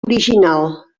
original